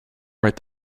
write